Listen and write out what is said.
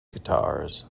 guitars